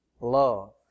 love